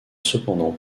cependant